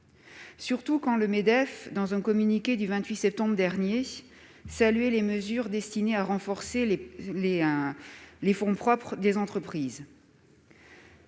Surtout quand le Medef salue dans un communiqué, le 28 septembre dernier, les « mesures destinées à renforcer les fonds propres des entreprises